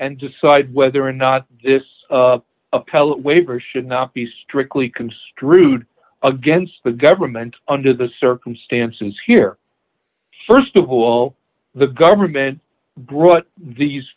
and decide whether or not this appellate waiver should not be strictly construed against the government under the circumstances here st of all the government brought these